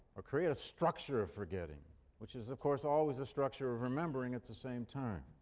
or create a structure of forgetting which is, of course, always a structure of remembering at the same time.